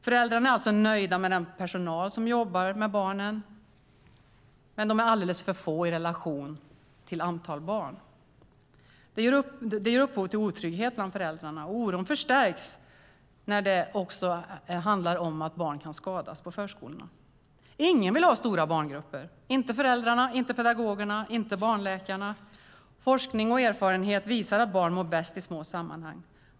Föräldrarna är alltså nöjda med den personal som jobbar med barnen, men det är alldeles för få personer i relation till antal barn. Det ger upphov till otrygghet bland föräldrarna. Oron förstärks när det också handlar om att barn kan skadas i förskolorna. Ingen vill ha stora barngrupper - inte föräldrarna, inte pedagogerna, inte barnläkarna. Forskning och erfarenhet visar att barn mår bäst i små sammanhang.